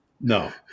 No